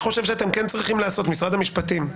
משרד המשפטים,